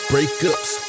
Breakups